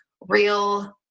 real